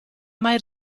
mai